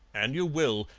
an' you will,